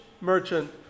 merchant